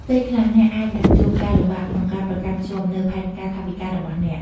ពេលខ្លះអ្នកអាចនឹងជួបការលំបាកក្នុងការប្រកាន់ខ្ជាប់នូវផែនការថវិការបស់អ្នក។